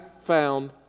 found